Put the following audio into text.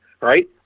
right